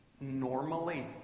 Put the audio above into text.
normally